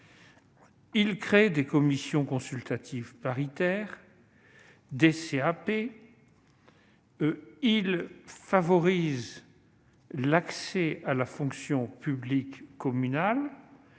et une commission consultative paritaires. Il favorise l'accès à la fonction publique communale.